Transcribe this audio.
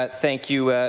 but thank you,